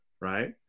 right